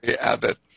Abbott